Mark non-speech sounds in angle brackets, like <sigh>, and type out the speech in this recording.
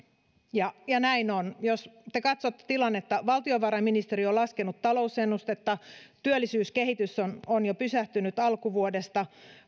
näin on jos te katsotte tilannetta valtiovarainministeriö on laskenut talousennustetta ja työllisyyskehitys on <unintelligible> on jo pysähtynyt alkuvuodesta